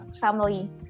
family